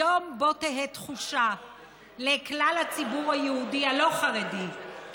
היום בו תהא תחושה לכלל הציבור היהודי הלא-חרדי כי